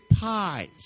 pies